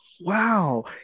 wow